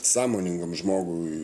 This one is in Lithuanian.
sąmoningam žmogui